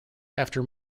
after